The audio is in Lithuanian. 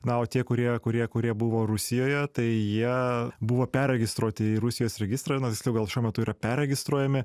na o tie kurie kurie kurie buvo rusijoje tai jie buvo perregistruoti į rusijos registrą nors gal šiuo metu yra perregistruojami